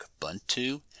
Ubuntu